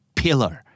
pillar